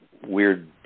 weird